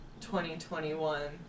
2021